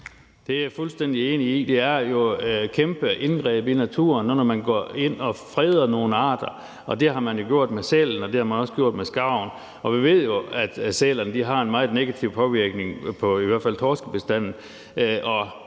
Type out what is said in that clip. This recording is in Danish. Det er jeg fuldstændig enig i. Det er jo et kæmpe indgreb i naturen, når man går ind og freder nogle arter. Det har man jo gjort med sælen, og det har man også gjort med skarven. Vi ved jo, at sælerne har en meget negativ påvirkning på i hvert fald